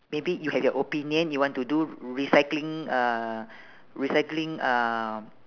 maybe you have your opinion you want to do recycling uh recycling uh